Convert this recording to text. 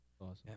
Awesome